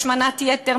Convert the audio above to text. מהשמנת יתר,